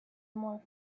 more